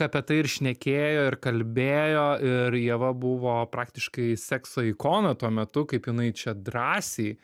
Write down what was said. apie tai ir šnekėjo ir kalbėjo ir ieva buvo praktiškai sekso ikona tuo metu kaip jinai čia drąsiai